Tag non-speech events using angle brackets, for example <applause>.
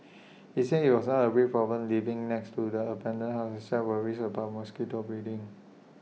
<noise> he said IT was not A big problem living next to the abandoned house except worries about mosquito breeding